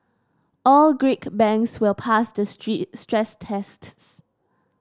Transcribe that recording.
all Greek banks will pass the stress tests